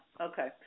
okay